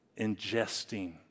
ingesting